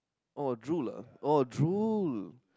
oh drool lah oh drool